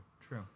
true